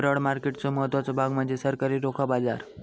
bond मार्केटचो महत्त्वाचो भाग म्हणजे सरकारी रोखा बाजार